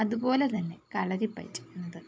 അതുപോലെ തന്നെ കളരിപയറ്റ് എന്നത്